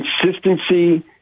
consistency